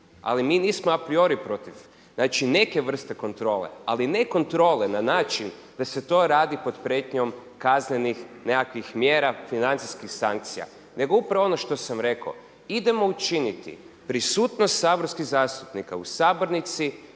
ali mi nismo apriori protiv neke vrste kontrole, ali ne kontrole na način da se to radi pod prijetnjom kaznenih nekakvih mjera, financijskih sankcija. Nego upravo ono što sam rekao idemo učiniti prisutnost saborskih zastupnika u sabornici